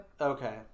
okay